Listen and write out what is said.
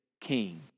king